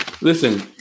Listen